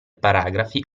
paragrafi